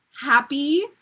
Happy